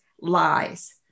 lies